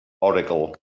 Oracle